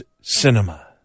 cinema